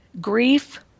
grief